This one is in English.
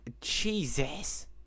jesus